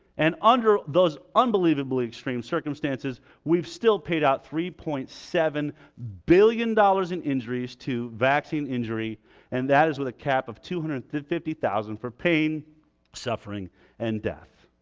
and under those unbelievably extreme circumstances we've still paid out three point seven billion dollars in injuries to vaccine injury and that is with a cap of two hundred and fifty thousand for pain suffering and death